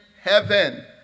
heaven